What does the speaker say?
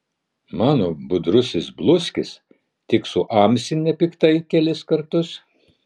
mano budrusis bluskis tik suamsi nepiktai kelis kartus